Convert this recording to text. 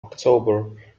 october